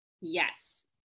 Yes